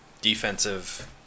defensive